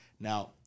Now